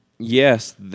Yes